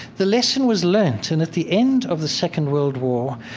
the lesson was learned. and at the end of the second world war,